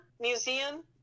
museum